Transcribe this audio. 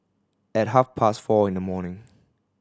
at half past four in the morning